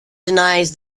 denies